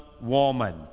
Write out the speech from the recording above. woman